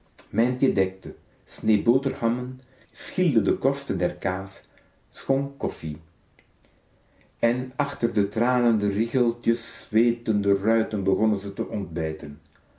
mijntje dekte snee boterhammen schilde de korsten der kaas schonk koffie en achter de tranende riggeltjes zweetende ruiten begonnen ze te ontbijten